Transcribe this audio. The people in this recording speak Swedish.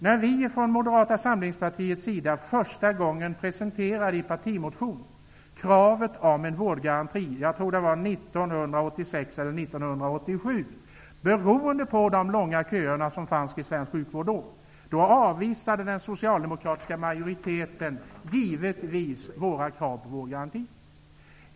När vi från Moderata samlingspartiets sida första gången i en partimotion presenterade kravet om en vårdgaranti -- jag tror att det var 1986 eller 1987 -- beroende på de långa köer som då fanns i svensk sjukvård, avvisade den socialdemokratiska majoriteten givetvis våra krav på vårdgaranti.